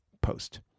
post